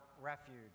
refuge